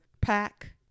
pack